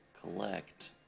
collect